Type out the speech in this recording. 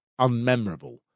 unmemorable